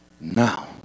Now